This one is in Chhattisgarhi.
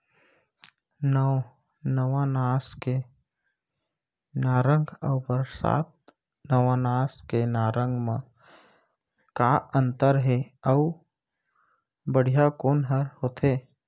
नौ नवनास के नांगर अऊ बरसात नवनास के नांगर मा का अन्तर हे अऊ बढ़िया कोन हर होथे?